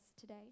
today